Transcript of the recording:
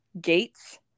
gates